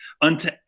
unto